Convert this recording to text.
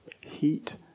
heat